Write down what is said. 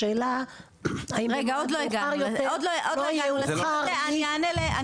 השאלה האם מאוחר יותר לא יאוחר מ -- רגע עוד לא הגענו לסעיף הזה,